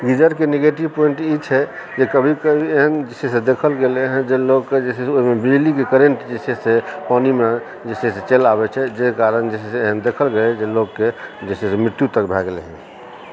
गीजरके negative point ई छै जे कभी कभी एहन जे छै से देखल गेलै हँ लोक जे छै से ओहिमे बिजलीके करेन्ट जे छै से पानिमे जे छै से चलि आबय छै जाहि कारण जे छै से एहन देखल गेलय हँ जे लोकके जे छै से मृत्यु तक भए गेलय हँ